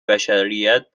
بشریت